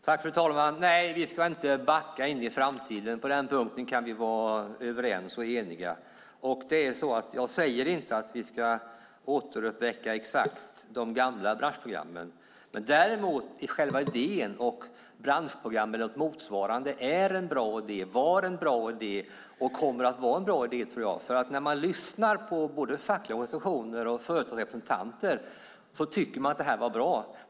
Fru talman! Nej, vi ska inte backa in i framtiden. På den punkten kan vi vara överens och eniga. Jag säger inte att vi ska återuppväcka exakt de gamla branschprogrammen. Däremot är något som motsvarar branschprogrammen en bra idé. Det var en bra idé och det kommer att vara en bra idé, tror jag. När man lyssnar på både fackliga organisationer och företagarrepresentanter kan man höra att de tycker att det här var bra.